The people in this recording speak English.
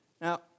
Now